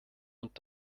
und